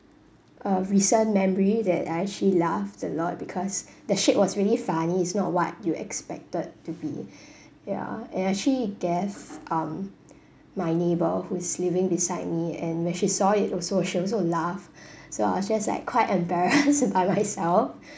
a recent memory that I actually laughed a lot because the shit was really funny is not what you expected to be ya and actually gave um my neighbour who is living beside me and when she saw it also she also uh laugh so I was just like quite embarrassed about myself